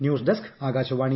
news desk Akashvani